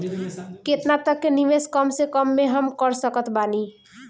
केतना तक के निवेश कम से कम मे हम कर सकत बानी?